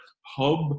hub